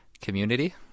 Community